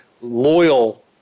loyal